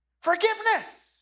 Forgiveness